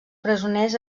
presoners